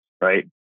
right